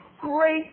great